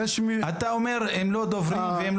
אתה אומר שהם לא מעדכנים.